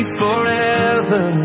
forever